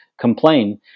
complain